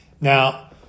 Now